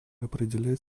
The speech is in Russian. определять